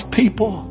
people